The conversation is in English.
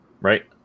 right